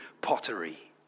pottery